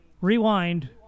Rewind